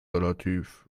relativ